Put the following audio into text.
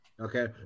Okay